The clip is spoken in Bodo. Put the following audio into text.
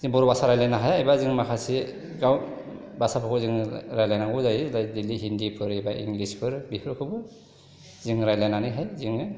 जों बर' भाषा रायज्लायनो हाया एबा जों माखासे गाव भाषाखौबो जोङो रायज्लायनांगौ जायो जाय दैलि हिन्दी एबा इंलिसफोर बेफोरखौबो जोङो रायज्लायनानैहाय जोङो